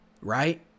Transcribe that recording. right